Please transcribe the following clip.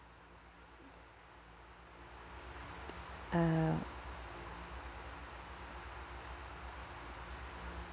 uh